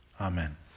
Amen